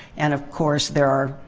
and, of course, there are,